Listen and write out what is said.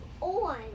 on